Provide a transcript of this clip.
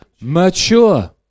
Mature